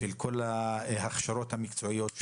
על כל ההכשרות המקצועיות,